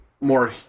more